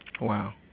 Wow